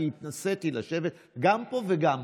כי התנסיתי בלשבת גם פה וגם פה.